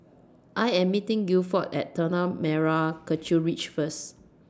I Am meeting Gilford At Tanah Merah Kechil Ridge First